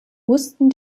mussten